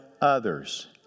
others